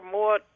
more